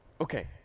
Okay